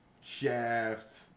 Shaft